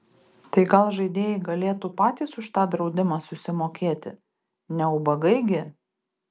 tai gal žaidėjai galėtų patys už tą draudimą susimokėti ne ubagai gi